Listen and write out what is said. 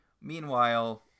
meanwhile